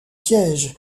piège